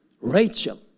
Rachel